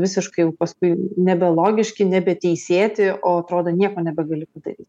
visiškai jau paskui nebe logiški nebe teisėti o atrodo nieko nebegali padaryt